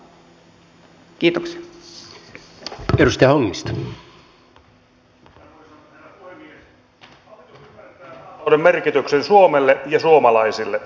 valtio ymmärtää maatalouden merkityksen suomelle ja suomalaisille